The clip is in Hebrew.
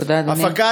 תודה, אדוני.